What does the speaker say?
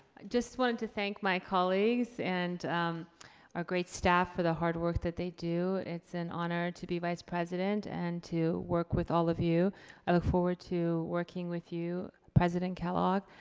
just wanted to thank my colleagues and our great staff for the hard work that they do. it's an honor to be vice president and to work with all of you. i look forward to working with you, president kellogg,